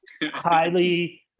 Highly